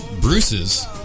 Bruce's